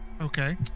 Okay